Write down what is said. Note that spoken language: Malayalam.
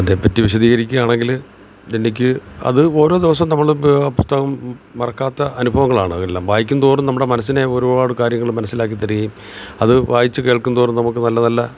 അതേപ്പറ്റി വിശദീകരിക്കാണെങ്കിൽ എനിക്ക് അത് ഒരോ ദിവസം നമ്മൾ പുസ്തകം മറക്കാത്ത അനുഭവങ്ങളാണ് എല്ലാം വായിക്കുന്തോറും നമ്മുടെ മനസ്സിനെ ഒരുപാട് കാര്യങ്ങൾ മനസ്സിലാക്കി തരികയും അതു വായിച്ചു കേൾക്കുന്തോറും നമുക്ക് നല്ല നല്ല